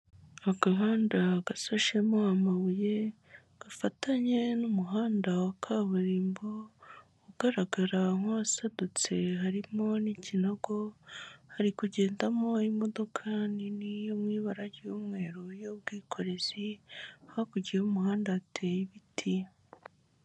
Agahanda gashashemo amabuye gafatanye n'umuhanda wa kaburimbo ugaragara nk'uwasadutse harimo n'ikinogo hari kugendamo imodoka nini yo mu ibura ry'umweru y'ubwikorezi hakurya y'umuhanda hateye ibiti.